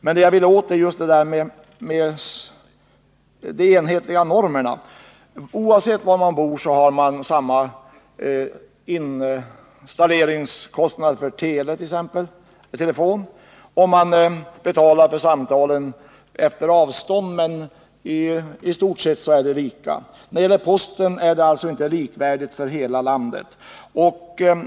Men det jag ville åt är just talet om de enhetliga normerna. Oavsett var man bor har man samma installationskostnad för t.ex. TV och telefon. Man betalar för samtalen efter avstånd, men i stort sett är kostnaderna lika. När det gäller posten är servicen dock inte likvärdig för hela landet.